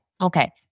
Okay